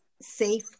Safe